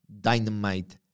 Dynamite